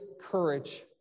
courage